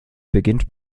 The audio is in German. beginnt